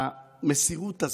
המסירות הזאת,